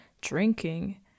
drinking